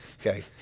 Okay